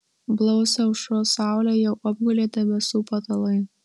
blausią aušros saulę jau apgulė debesų patalai